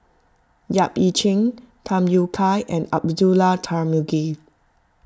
Yap Ee Chian Tham Yui Kai and Abdullah Tarmugi